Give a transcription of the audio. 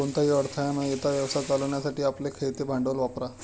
कोणताही अडथळा न येता व्यवसाय चालवण्यासाठी आपले खेळते भांडवल वापरा